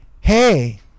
hey